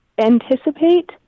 anticipate